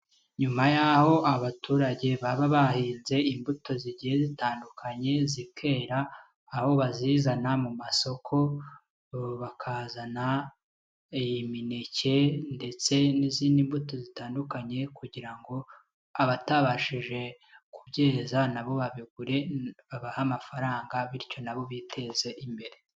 Nyuma yaho abaturage baba bahinze imbuto zigiye zitandukanye zikera, aho bazizana mu masoko bakazana iyi mineke ndetse n'izindi mbuto zitandukanye kugira ngo abatabashije kubyeza na bo babigure, babaha amafaranga bityo na bo biteze imbere.